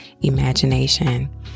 imagination